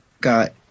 got